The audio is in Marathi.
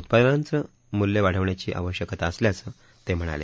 उत्पादनाचं मूल्य वाढवण्याची आवश्यकता असल्याचं ते म्हणाले